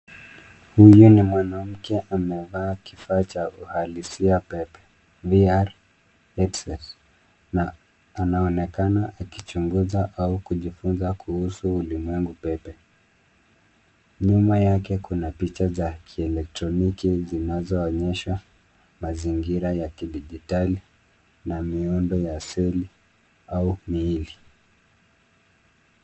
Huyu ni mwanamke amevaa kifaa cha uhalisia pepe, VR headset na anaonekana akichunguza au kujifunza kuhusu ulimwengu pepe. Nyuma yake kuna picha za kielektroniki zinazoonyesha mazingira ya kidijitali na miundo ya asili au meili .